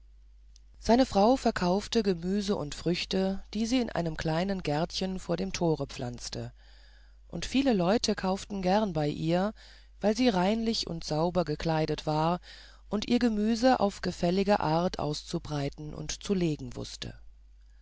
seine frau verkaufte gemüse und früchte die sie in einem kleinen gärtchen vor dem tore pflanzte und viele leute kauften gerne bei ihr weil sie reinlich und sauber gekleidet war und ihr gemüse auf gefällige art auszubreiten und zu legen wußte